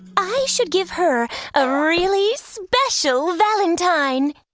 i should give her a really special valentine.